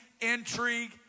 intrigue